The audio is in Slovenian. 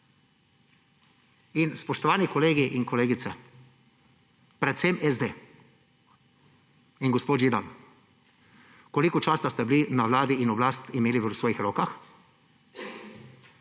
Spoštovani kolegi in kolegice, predvsem SD in gospod Židan! Koliko časa ste bili na vladi in oblast imeli v svojih rokah?